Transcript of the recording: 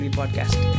podcast